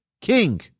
king